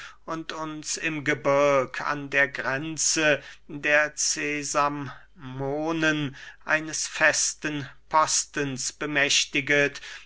und uns im gebirg an der grenze der cesammonen eines festen postens bemächtiget